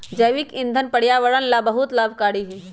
जैविक ईंधन पर्यावरण ला बहुत लाभकारी हई